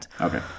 Okay